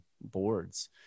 boards